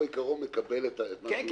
בעיקרון אני מקבל את מה שהוא אומר.